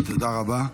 תודה רבה.